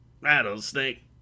rattlesnake